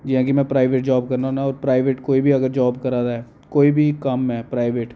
जि'यां कि में प्राइवेट जाब करना होन्ना ते प्राइवेट कोई बी अगर जाब करा दे ऐ कोई बी कम्म ऐ प्राइवेट